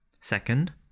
Second